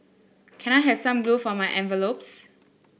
can I have some glue for my envelopes